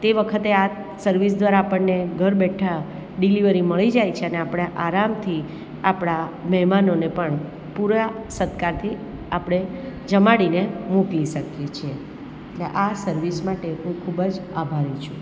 તે વખતે આ સર્વિસ દ્વારા આપણને ઘર બેઠા ડિલીવરી મળી જાય છે અને આપણે આરામથી આપણા મહેમાનોને પણ પૂરા સત્કારથી આપણે જમાડીને મોકલી શકીએ છીએ એટલે આ સર્વિસ માટે હું ખૂબ જ આભારી છું